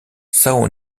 são